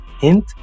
Hint